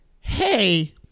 hey